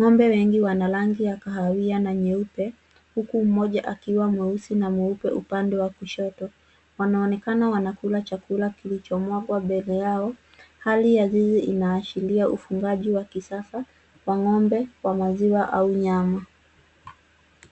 Ng'ombe hawa wana rangi ya kahawia na nyeupe huku mmoja akiwa mweusi na mweupe upande wa kushoto. Wanaonekana wanakula chakula kilichomwagwa mbele yao. Hali ya zizi inaashiria ufugaji wa kisasa wa ng'ombe wa maziwa au nyama.